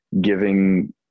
giving